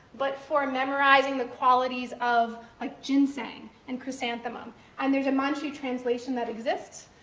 but for memorizing the qualities of, like, ginseng and chrysanthemum, and there's a manchu translation that exists,